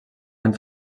uns